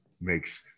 makes